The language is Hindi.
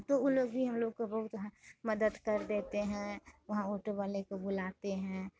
तो वह लोग भी हम लोगों को बहुत ह मदद कर देते हैं वहाँ ओटो वाले को बुलाते हैं